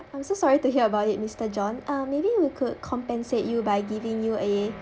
I'm so sorry to hear about it mister john um maybe we could compensate you by giving you a